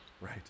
Right